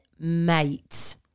mate